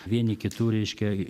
vieni kitų reiškia